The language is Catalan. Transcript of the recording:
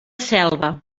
selva